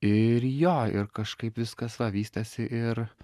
ir jo ir kažkaip viskas va vystėsi ir